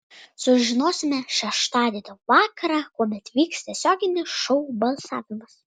sužinosime šeštadienio vakarą kuomet vyks tiesioginis šou balsavimas